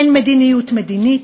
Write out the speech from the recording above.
אין מדיניות מדינית,